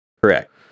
Correct